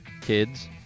kids